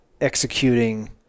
executing